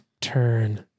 turn